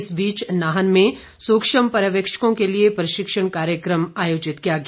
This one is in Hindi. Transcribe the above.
इस बीच नाहन में सूक्ष्म पर्यवेक्षकों के लिए प्रशिक्षण कार्यक्रम आयोजित किया गया